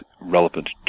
relevant